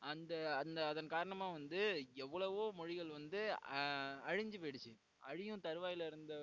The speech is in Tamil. அந்த அந்த அதன் காரணமாக வந்து எவ்வளவோ மொழிகள் வந்து அழிஞ்சு போய்டுச்சு அழியும் தருவாயில் இருந்த